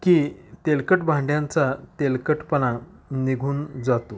की तेलकट भांड्यांचा तेलकटपणा निघून जातो